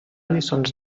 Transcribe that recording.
lliçons